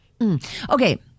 Okay